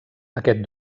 aquest